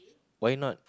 why not